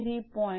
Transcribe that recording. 8625